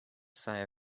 sigh